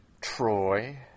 Troy